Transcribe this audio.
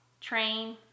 train